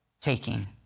taking